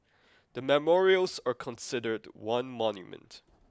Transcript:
the memorials are considered one monument